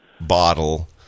bottle